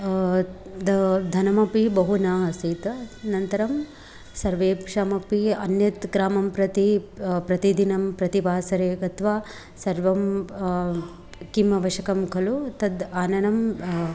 ध धनमपि बहु न आसीत् अनन्तरं सर्वेषामपि अन्यत् ग्रामं प्रति प्रतिदिनं प्रतिवासरे गत्वा सर्वं किम् आवश्यकं खलु तत् आननं